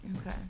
okay